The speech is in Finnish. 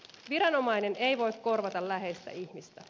viranomainen ei voi korvata läheistä ihmistä